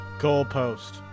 Goalpost